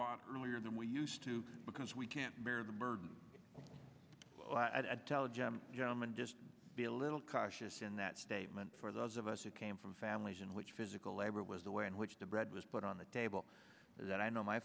lot earlier than we used to because we can't bear the burden at telegenic gentleman just be a little cautious in that statement for those of us who came from families in which physical labor was the way in which the bread was put on the table that i know my